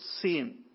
seen